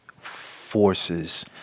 Forces